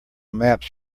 maps